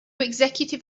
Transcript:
executive